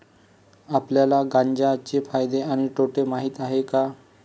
आपल्याला गांजा चे फायदे आणि तोटे माहित आहेत का?